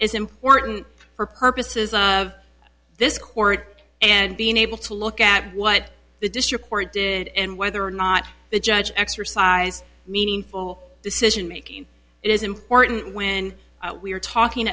is important for purposes of this court and being able to look at what the district court did and whether or not the judge exercise meaningful decision making it is important when we're talking